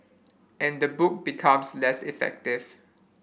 and the book becomes less effective